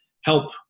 help